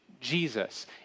Jesus